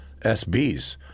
SBs